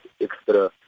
extra